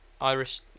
Irish